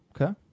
Okay